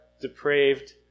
depraved